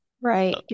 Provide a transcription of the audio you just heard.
right